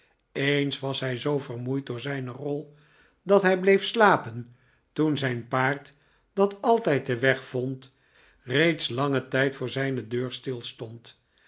eens was hij zoo vermoeid door zijne rol dat hij bleef slapen toen zijn paard dat altijd den weg vond reeds lang voor zijne deur stilstond